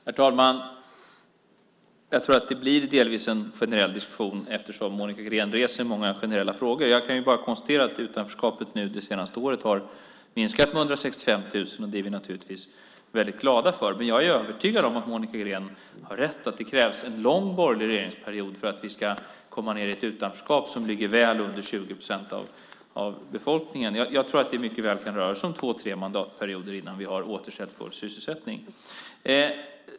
Herr talman! Jag tror att det blir delvis en generell diskussion, eftersom Monica Green reser många generella frågor. Jag kan bara konstatera att utanförskapet nu det senaste året har minskat med 165 000, och det är vi naturligtvis väldigt glada för. Men jag är övertygad om att Monica Green har rätt i att det krävs en lång borgerlig regeringsperiod för att vi ska komma ned till ett utanförskap som ligger väl under 20 procent av befolkningen. Jag tror att det mycket väl kan röra sig om två tre mandatperioder innan vi har återställt full sysselsättning.